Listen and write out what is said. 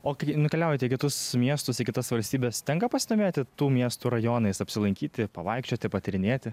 o kai nukeliaujate į kitus miestus į kitas valstybes tenka pasidomėti tų miestų rajonais apsilankyti pavaikščioti patyrinėti